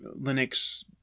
Linux